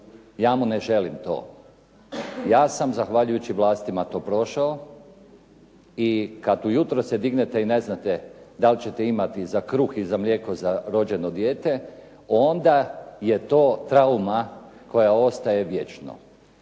ja mu ne želim to. ja sam zahvaljujući vlastima to prošao i kada se ujutro dignete i ne znate da li ćete imati za kruh i mlijeko, za rođeno dijete, onda je to trauma koja ostaje vječno.